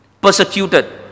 persecuted